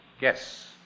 Yes